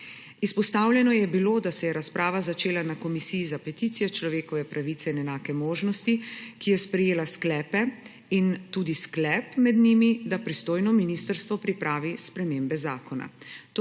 Izpostavljeno je bilo, da se je razprava začela na Komisiji za peticije, človekove pravice in enake možnosti, ki je sprejela sklepe, med njimi tudi sklep, da pristojno ministrstvo pripravi spremembe zakona.